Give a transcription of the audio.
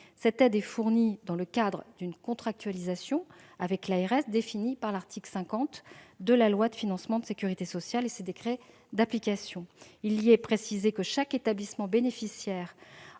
Cette aide est fournie dans le cadre d'une contractualisation avec l'ARS, définie par l'article 50 de la loi de financement de la sécurité sociale pour 2021 et les décrets pris pour son application. Il y est précisé que chaque établissement bénéficiaire